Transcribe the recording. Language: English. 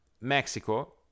mexico